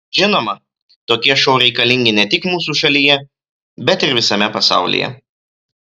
žinoma tokie šou reikalingi ne tik mūsų šalyje bet ir visame pasaulyje